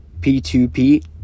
P2P